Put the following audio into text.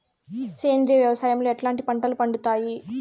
సేంద్రియ వ్యవసాయం లో ఎట్లాంటి పంటలు పండుతాయి